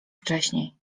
wcześniej